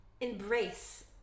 embrace